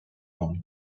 own